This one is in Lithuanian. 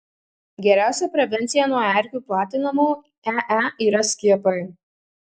geriausia prevencija nuo erkių platinamo ee yra skiepai